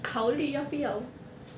考虑要不要